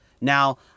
Now